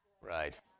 Right